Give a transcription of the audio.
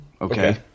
Okay